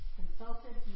consulted